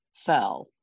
Fell